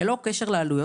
ללא קשר לעלויות,